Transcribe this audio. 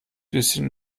bisschen